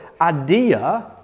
idea